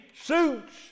suits